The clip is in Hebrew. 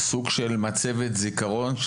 סוג של מצבת זיכרון,